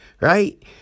right